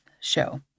show